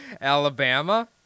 Alabama